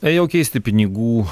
ėjau keisti pinigų